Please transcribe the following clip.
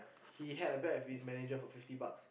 he had a bet with his manager for fifty bucks